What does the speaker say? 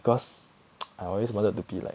because I always wanted to be like